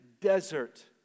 desert